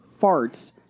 farts